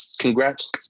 congrats